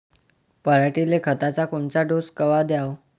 पऱ्हाटीले खताचा कोनचा डोस कवा द्याव?